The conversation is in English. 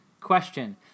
Question